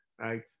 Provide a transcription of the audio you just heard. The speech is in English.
Right